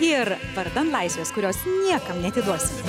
ir vardan laisvės kurios niekam neatiduosim